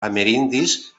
amerindis